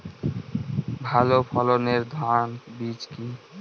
ভালো ফলনের ধান বীজ কি?